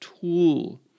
tool